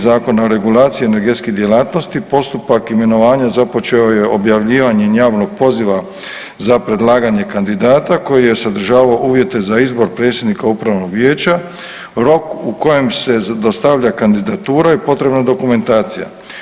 Zakona o regulaciji energetskih djelatnosti postupak imenovanja započeo je objavljivanjem javnog poziva za predlaganje kandidata koji je sadržavao uvjete za izbor predsjednika upravnog vijeća rok u kojem se dostavlja kandidatura i potrebna dokumentacija.